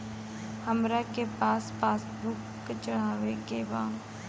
हमरा के पास बुक चढ़ावे के बा?